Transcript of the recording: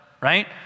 right